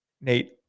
Nate